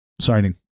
signing